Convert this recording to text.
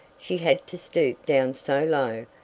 she had to stoop down so low,